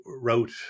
wrote